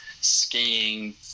skiing